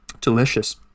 Delicious